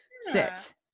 sit